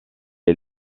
est